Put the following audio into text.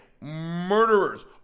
murderers